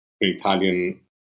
Italian